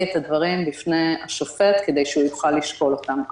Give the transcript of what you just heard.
את הדברים בפני השופט כדי שהוא יוכל לשקול אותם.